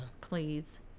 Please